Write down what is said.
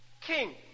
king